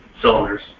cylinders